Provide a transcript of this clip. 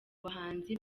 bahanzi